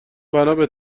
بنابه